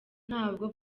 ntabwo